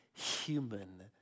Human